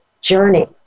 journey